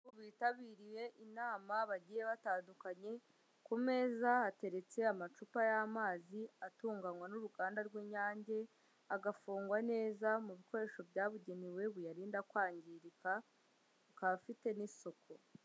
Bitabiriye inama bagiye batandukanye, ku meza hateretse amacupa y'amazi atunganywa n'uruganda rw'Inyange agafungwa neza mu bikoresho byabugenewe biyarinda kwangirika, akaba afite n'isuku.